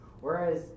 whereas